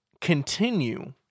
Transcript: continue